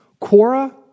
Quora